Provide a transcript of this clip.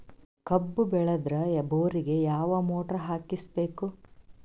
ಕಬ್ಬು ಬೇಳದರ್ ಬೋರಿಗ ಯಾವ ಮೋಟ್ರ ಹಾಕಿಸಬೇಕು?